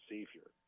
Savior